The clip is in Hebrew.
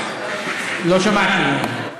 לא שמעתי.